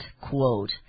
quote